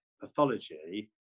pathology